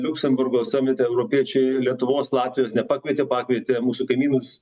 liuksemburgo samite europiečiai lietuvos latvijos nepakvietė pakvietė mūsų kaimynus